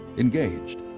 engaged,